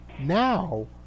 Now